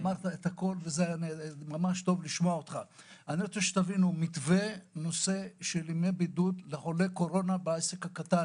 אני רוצה שתיזמו מתווה של ימי בידוד לחולה קורונה בעסק הקטן.